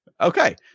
Okay